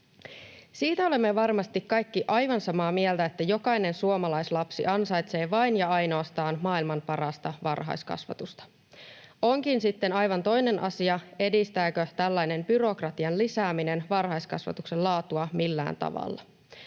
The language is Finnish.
Siitä olemme varmasti kaikki aivan samaa mieltä, että jokainen suomalaislapsi ansaitsee vain ja ainoastaan maailman parasta varhaiskasvatusta. Onkin sitten aivan toinen asia, edistääkö tällainen byrokratian lisääminen varhaiskasvatuksen laatua millään tavalla.